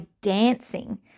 dancing